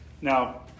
Now